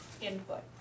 input